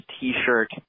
T-shirt